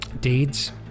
deeds